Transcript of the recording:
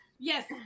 Yes